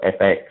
FX